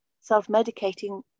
self-medicating